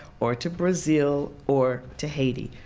or to brazil, or to haiti.